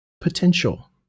potential